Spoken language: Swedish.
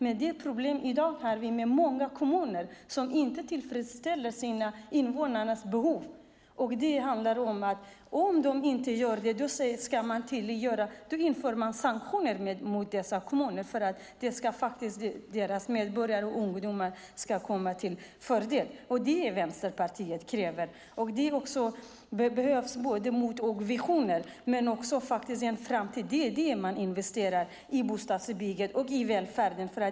Men vi har problem med många kommuner som inte uppfyller sina invånares behov. Det handlar om att man ska kunna införa sanktioner mot dessa kommuner. Det är till deras ungdomars och medborgares fördel. Det är vad vi i Vänsterpartiet kräver. Det behövs visioner när man för framtiden investerar i bostadsbyggandet och välfärden.